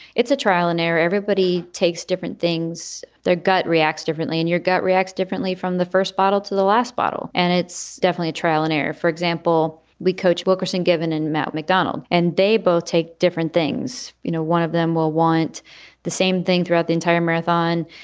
it's a trial and error. everybody takes different things. their gut reacts differently differently and your gut reacts differently from the first bottle to the last bottle. and it's definitely trial and error. for example, we coach wilkerson given in matt mcdonald and they both take different things. you know, one of them will want the same thing throughout the entire marathon.